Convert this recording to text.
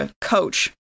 coach